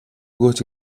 өгөөч